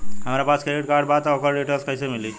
हमरा पास credit card बा त ओकर डिटेल्स कइसे मिली?